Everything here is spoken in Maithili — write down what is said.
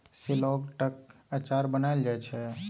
शेलौटक अचार बनाएल जाइ छै